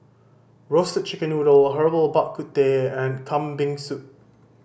Roasted Chicken Noodle Herbal Bak Ku Teh and Kambing Soup